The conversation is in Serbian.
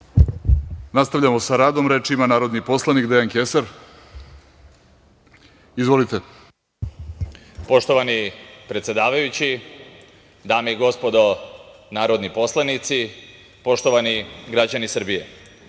Nastavljamo sa radom. Reč ima narodni poslanik Dejan Kesar. Izvolite. **Dejan Kesar** Poštovani predsedavajući, dame i gospodo narodni poslanici, poštovani građani Srbije,